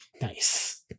Nice